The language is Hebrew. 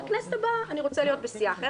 לכנסת הבאה אני רוצה להיות בסיעה אחרת.